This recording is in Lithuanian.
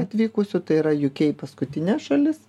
atvykusių tai yra uk paskutinė šalis